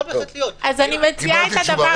יכול להיות.